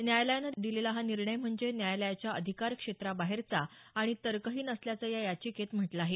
न्यायालयानं दिलेला हा निर्णय म्हणजे न्यायालयाच्या अधिकार क्षेत्राबाहेरचा आणि तर्कहिन असल्याचं या याचिकेत म्हटलं आहे